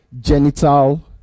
genital